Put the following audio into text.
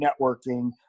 networking